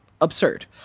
absurd